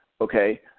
okay